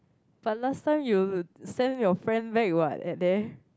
but last time you send your friend back what at there